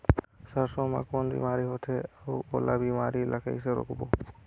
सरसो मा कौन बीमारी होथे अउ ओला बीमारी ला कइसे रोकबो?